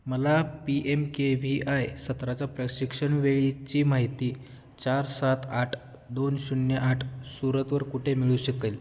मला P M K V Y सत्राच्या प्रशिक्षण वेळेची माहिती चार सात आठ दोन शून्य आठ सुरतवर कुठे मिळू शकेल